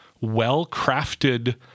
well-crafted